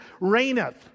reigneth